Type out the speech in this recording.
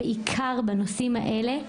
בעיקר בנושאים האלה,